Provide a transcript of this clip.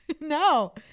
no